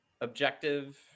objective